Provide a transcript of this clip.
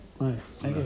Nice